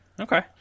Okay